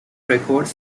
records